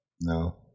No